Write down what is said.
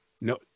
No